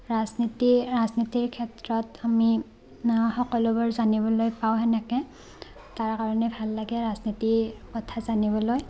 ৰাজনীতি ৰাজনীতিৰ ক্ষেত্ৰত আমি সকলোবোৰ জানিবলৈ পাওঁ সেনেকৈ তাৰ কাৰণে ভাল লাগে ৰাজনীতি কথা জানিবলৈ